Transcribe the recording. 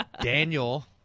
Daniel